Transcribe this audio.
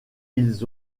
ils